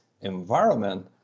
environment